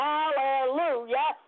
Hallelujah